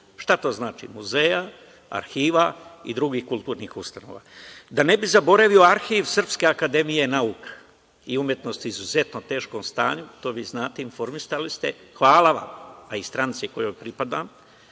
Šta to znači? Muzeja, arhiva i drugih kulturnih ustanova. Da ne bih zaboravio Arhiv Srpske akademije nauka i umetnosti, u izuzetno teškom stanju, to vi znate, informisani ste, hvala vam, a i stranci kojoj pripadam,